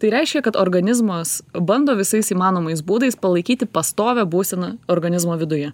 tai reiškia kad organizmas bando visais įmanomais būdais palaikyti pastovią būseną organizmo viduje